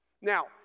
Now